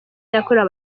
yakorewe